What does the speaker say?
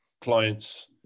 clients